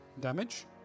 Damage